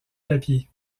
papier